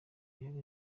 yari